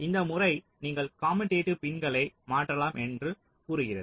இந்த முறை நீங்கள் கமுடேடிவ் பின்களை மாற்றலாம் என்று கூறுகிறது